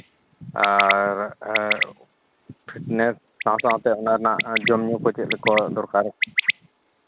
ᱟᱨ fitness ᱥᱟᱶ ᱥᱟᱶᱛᱮ ᱚᱱᱟ ᱨᱮᱱᱟ ᱡᱚᱢᱼᱧᱩ ᱠᱚ ᱪᱮᱫ ᱞᱮᱠᱟ ᱫᱚᱨᱠᱟᱨ